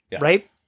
right